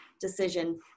decision